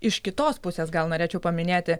iš kitos pusės gal norėčiau paminėti